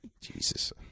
Jesus